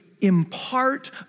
impart